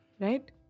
Right